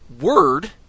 word